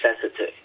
sensitive